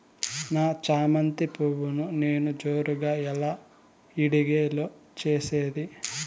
నా చామంతి పువ్వును నేను జోరుగా ఎలా ఇడిగే లో చేసేది?